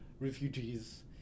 refugees